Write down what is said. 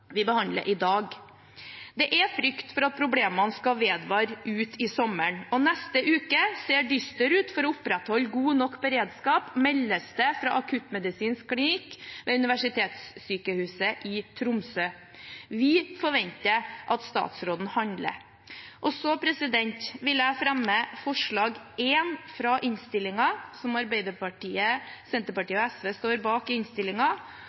Det er frykt for at problemene skal vedvare utover sommeren, og neste uke ser dyster ut for å opprettholde god nok beredskap, meldes det fra akuttmedisinsk klinikk ved universitetssykehuset i Tromsø. Vi forventer at statsråden handler. Jeg vil fremme forslag nr. 1, som Arbeiderpartiet, Senterpartiet og Sosialistisk Venstreparti står bak,